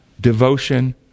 devotion